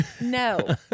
No